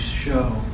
show